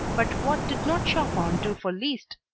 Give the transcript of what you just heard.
but what did not chopin do for liszt?